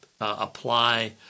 apply